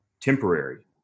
temporary